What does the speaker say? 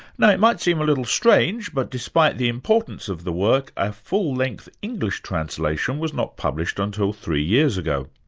now it might seem a little strange, but despite the importance of the work, a full-length english translation was not published until three years ago.